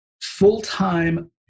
full-time